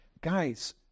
Guys